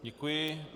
Děkuji.